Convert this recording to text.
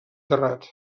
terrat